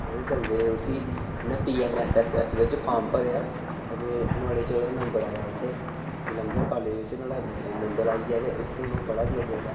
ओह्दे चलदे उसी उन्नै पी एम एस एस बिच फार्म भरेआ ते नुआढ़े च ओह्दा नंबर आया उत्थै जलंधर कॉलेज बिच नंबर आई गेआ ते उत्थै हून ओह् पढ़ा दी इस बेल्लै